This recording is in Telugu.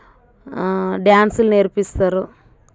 డాన్స్లు నేర్పిస్తారు